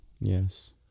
Yes